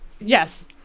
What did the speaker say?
Yes